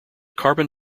carbon